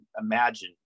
imagine